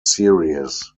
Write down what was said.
series